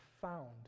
found